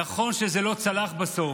נכון שזה לא צלח בסוף,